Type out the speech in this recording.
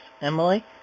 emily